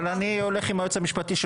אבל אני הולך עם היועץ המשפטי,